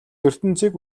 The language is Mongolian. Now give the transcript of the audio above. ертөнцийг